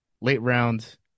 late-round